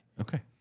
Okay